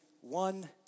one